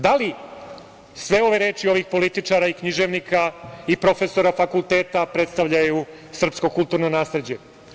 Da li sve ove reči ovih političara i književnika i profesora fakulteta, predstavljaju srpsko kulturno nasleđe?